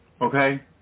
okay